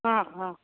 অ অ